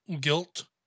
guilt